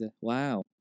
wow